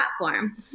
platform